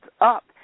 up